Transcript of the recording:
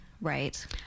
Right